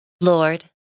Lord